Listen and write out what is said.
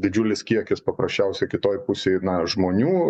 didžiulis kiekis paprasčiausiai kitoj pusėj na žmonių